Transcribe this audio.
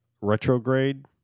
Retrograde